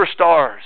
superstars